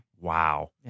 Wow